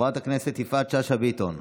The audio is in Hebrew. חברת הכנסת יפעת שאשא ביטון,